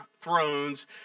thrones